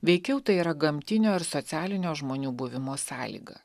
veikiau tai yra gamtinio ir socialinio žmonių buvimo sąlyga